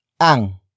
ANG